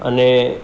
અને